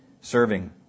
serving